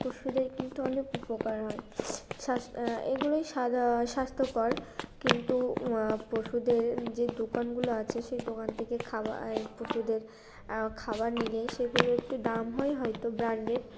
পশুদের কিন্তু অনেক উপকার হয় স্বাস এগুলোই সাধারণত স্বাস্থ্যকর কিন্তু পশুদের যে দোকানগুলো আছে সেই দোকান থেকে খাবা পশুদের খাবার নিলে সেগুলো একটু দাম হয় হয়তো ব্র্যান্ডের